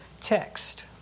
text